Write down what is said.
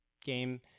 game